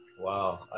Wow